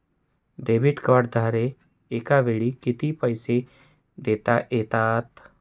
Debit कार्डद्वारे एकावेळी किती पैसे देता येतात?